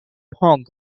hong